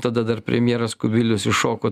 tada dar premjeras kubilius iššoko